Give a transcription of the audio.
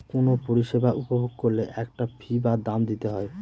কোনো পরিষেবা উপভোগ করলে একটা ফী বা দাম দিতে হয়